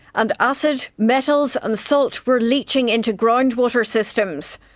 and acid, metals and salt were leaching into groundwater systems.